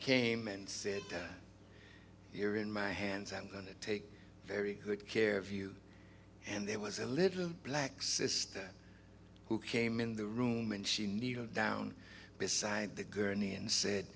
came and said here in my hands am going to take very good care of you and there was a little black sister who came in the room and she needed down beside the gurney and said